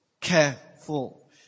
careful